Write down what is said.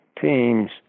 teams